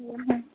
হুম হুম